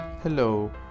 Hello